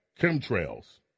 Chemtrails